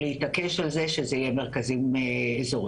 להתעקש על זה שזה יהיה מרכזים אזוריים.